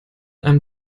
einem